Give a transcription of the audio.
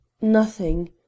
Nothing